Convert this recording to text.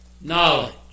knowledge